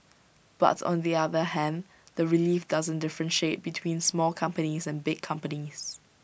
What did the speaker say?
but on the other hand the relief doesn't differentiate between small companies and big companies